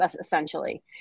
essentially